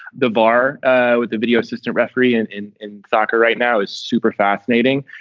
the bar with the video assistant referee and and and soccer right now is super fascinating.